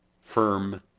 firm